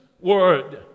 word